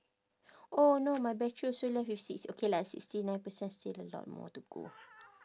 oh no my battery also left with six okay lah sixty nine percent still a lot more to go